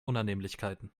unannehmlichkeiten